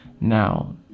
Now